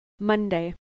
monday